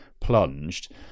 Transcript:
plunged